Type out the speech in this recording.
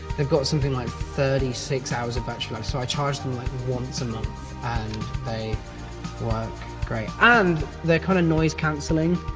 they've got something like thirty six hours of battery life, so i charge them like once a month and they work great. and they're kind of noise canceling,